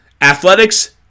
Athletics